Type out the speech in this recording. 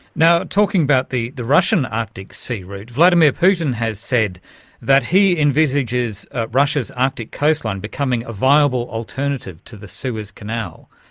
now, talking about the the russian arctic sea route, vladimir putin has said that he envisages russia's arctic coastline becoming a viable alternative to the suez canal.